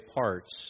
parts